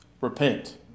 Repent